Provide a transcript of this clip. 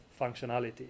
functionality